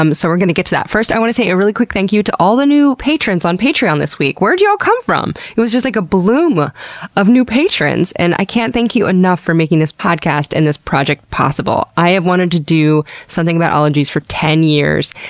um so we're going get to that. first, i want to say a really quick thank you to all the new patrons on patreon this week. where'd you all come from! it was just like a bloom ah of new patrons. and i can't thank you enough for making this podcast and this project possible. i have wanted to do something about ologies for ten years.